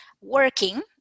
working